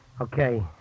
Okay